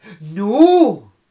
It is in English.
No